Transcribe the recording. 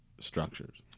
structures